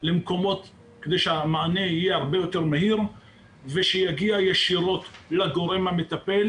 למקומות כדי שהמענה יהיה הרבה יותר מהיר ושיגיע ישירות לגורם המטפל,